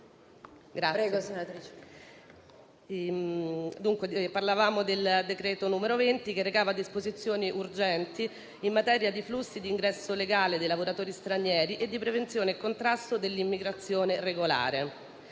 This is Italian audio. marzo 2023, n. 20, che recava disposizioni urgenti in materia di flussi di ingresso legale dei lavoratori stranieri e di prevenzione e contrasto all'immigrazione irregolare